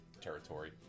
territory